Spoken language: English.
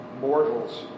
mortals